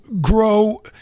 grow